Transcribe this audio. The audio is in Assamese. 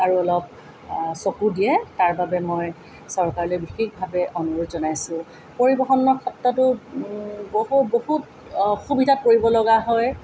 আৰু অলপ চকু দিয়ে তাৰ বাবে মই চৰকাৰলৈ বিশেষভাৱে অনুৰোধ জনাইছো পৰিবহণৰ ক্ষেত্ৰতো বহু বহুত অসুবিধাত পৰিব লগা হয়